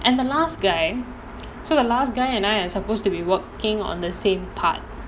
and the last guy so the last guy and I are supposed to be working on the same part